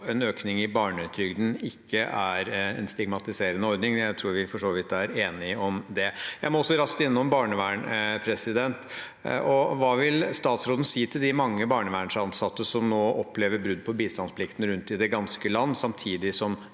en økning i barnetrygden ikke er en stigmatiserende ordning. Jeg tror vi for så vidt er enige om det. Jeg må også raskt innom barnevernet. Hva vil statsråden si til de mange barnevernsansatte som nå opplever brudd på bistandsplikten rundt i det ganske land, samtidig som